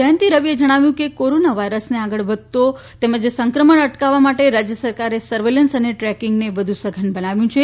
જયંતિ રવિએ જણાવ્યું છે કે કોરોના વાયરસને આગળ વધતો તેમજ સંક્રમણ અટકાવા માટે રાજય સરકારે સર્વેલન્સ અને ટ્રેકિંગને વધુ સઘન બનાવ્યું છે